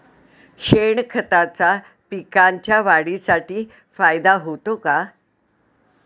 शेणखताचा पिकांच्या वाढीसाठी फायदा होतो का?